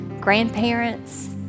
grandparents